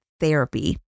therapy